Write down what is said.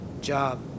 job